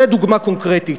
זו דוגמה קונקרטית.